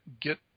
get